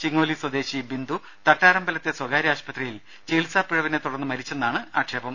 ചിങ്ങോലി സ്വദേശി ബിന്ദു തട്ടാരമ്പലത്തെ സ്വകാര്യ ആശുപത്രിയിൽ ചികിത്സാപിഴവിനെ തുടർന്ന് മരിച്ചെന്നാണ് ആക്ഷേപം